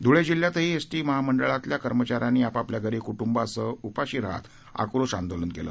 धुळे जिल्ह्यातही एसटी महामंडळातल्या कर्मचाऱ्यांनी आपापल्या घरी कुटुंबासह उपाशी राहत आक्रोश आंदोलन केलं